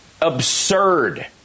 absurd